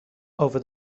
over